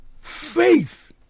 faith